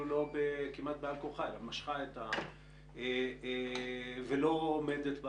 אפילו כמעט בעל-כורחה אלא משכה ולא עומדת בה